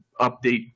update